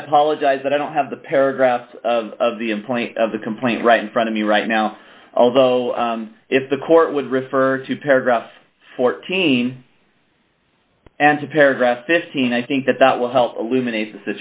i apologize that i don't have the paragraph of the employee of the complaint right in front of me right now although if the court would refer to paragraph fourteen and to paragraph fifteen i think that that will help illuminate the